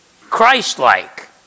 Christ-like